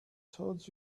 told